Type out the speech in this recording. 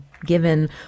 Given